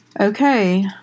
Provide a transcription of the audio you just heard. okay